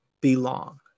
belong